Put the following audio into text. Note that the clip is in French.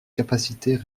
capacités